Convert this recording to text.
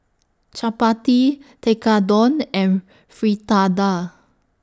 Chapati Tekkadon and Fritada